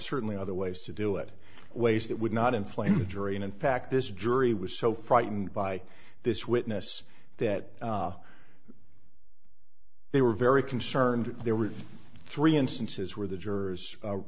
certainly other ways to do it ways that would not inflame the jury and in fact this jury was so frightened by this witness that they were very concerned there were three instances where the jurors